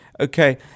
Okay